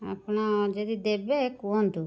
ଆପଣ ଯଦି ଦେବେ କୁହନ୍ତୁ